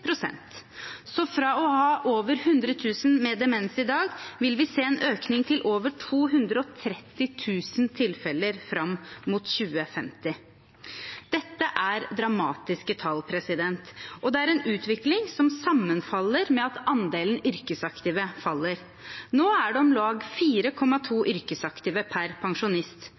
Så fra å ha over 100 000 med demens i dag vil vi se en økning til over 230 000 tilfeller fram mot 2050. Dette er dramatiske tall, og det er en utvikling som sammenfaller med at andelen yrkesaktive faller. Nå er det om lag 4,2 yrkesaktive per pensjonist.